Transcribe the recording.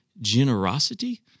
generosity